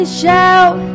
shout